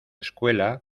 escuela